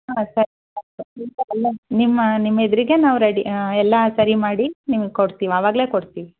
ಹಾಂ ಸರಿ ಆಯಿತು ನಿಮ್ಮ ನಿಮ್ಮ ಎದುರಿಗೆ ನಾವು ರೆಡಿ ಎಲ್ಲ ಸರಿ ಮಾಡಿ ನಿಮಗೆ ಕೊಡ್ತೀವಿ ಆವಾಗಲೇ ಕೊಡ್ತೀವಿ